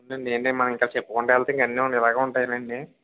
మనం ఇంకా చెప్పుకుంటూ వెళ్తే అన్నీ ఇలాగే ఉంటాయండి